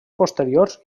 posteriors